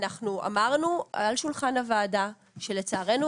אנחנו אמרנו על שולחן הוועדה שלצערנו